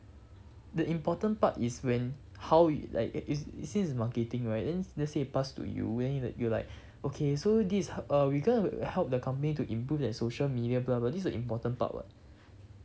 the important part is when how you like i~ i~ it says marketing right then let's say pass to you then you you'll like okay so these uh we gonna help the company to improve their social media blah this is the important part [what]